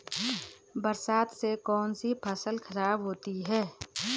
बरसात से कौन सी फसल खराब होती है?